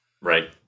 right